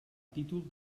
títol